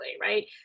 right